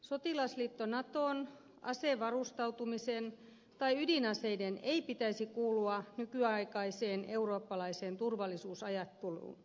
sotilasliitto naton asevarustautumisen tai ydinaseiden ei pitäisi kuulua nykyaikaiseen eurooppalaiseen turvallisuusajatteluun